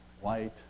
white